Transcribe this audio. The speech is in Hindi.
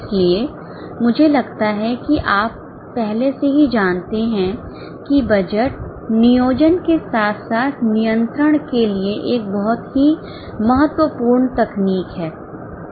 इसलिए मुझे लगता है कि आप पहले से ही जानते हैं कि बजट नियोजन के साथ साथ नियंत्रण के लिए एक बहुत ही महत्वपूर्ण तकनीक है